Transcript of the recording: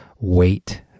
wait